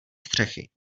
střechy